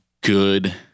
good